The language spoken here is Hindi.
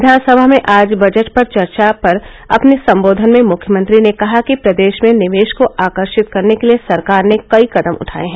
विधानसभा में आज बजट पर चर्चा पर अपने संबोधन में मुख्यमंत्री ने कहा कि प्रदेश में निवेश को आकर्षित करने के लिए सरकार ने कई कदम उठाए हैं